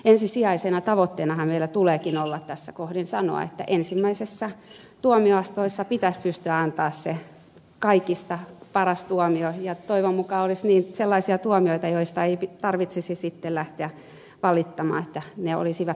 ensisijaisena tavoitteenahan meillä tuleekin olla tässä kohdin sanoa että ensimmäisessä tuomioasteessa pitäisi pystyä antamaan se kaikista paras tuomio ja toivon mukaan olisi sellaisia tuomioita joista ei tarvitsisi sitten lähteä valittamaan ne olisivat vedenpitäviä